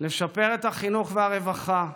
לשפר את החינוך והרווחה,